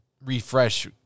refresh